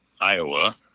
Iowa